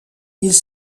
ils